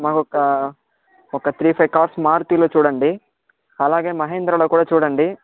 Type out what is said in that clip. మాకొక్క ఒక three five cars మారుతీలో చూడండి అలాగే మహీంద్రాలో కూడా చూడండి